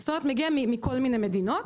זאת אומרת, מגיע מכל מיני מדינות.